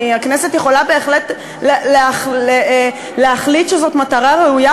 שהכנסת יכולה בהחלט להחליט שזאת מטרה ראויה,